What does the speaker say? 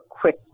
quick